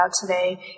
today